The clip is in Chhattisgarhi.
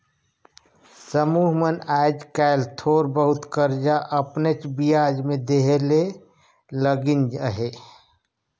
समुह मन आएज काएल थोर बहुत करजा अपनेच बियाज में देहे ले लगिन अहें